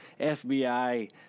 FBI